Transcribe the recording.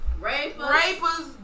Rapers